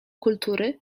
kultury